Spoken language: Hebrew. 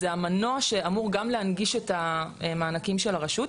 זה המנוע שאמור גם להנגיש את המענקים של הרשות,